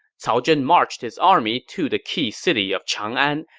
cao zhen marched his army to the key city of chang'an,